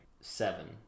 seven